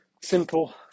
Simple